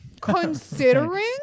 considering